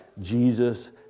Jesus